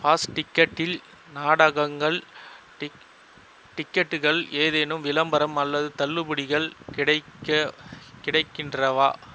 ஃபாஸ்ட்டிக்கெட்டில் நாடகங்கள் டிக் டிக்கெட்டுகள் ஏதேனும் விளம்பரம் அல்லது தள்ளுபடிகள் கிடைக்க கிடைக்கின்றவா